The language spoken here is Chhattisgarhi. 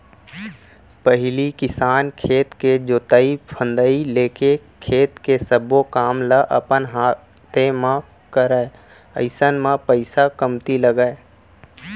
पहिली किसान खेत के जोतई फंदई लेके खेत के सब्बो काम ल अपन हाते म करय अइसन म पइसा कमती लगय